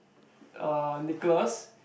er Nicholas